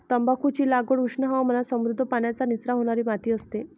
तंबाखूची लागवड उष्ण हवामानात समृद्ध, पाण्याचा निचरा होणारी माती असते